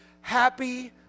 happy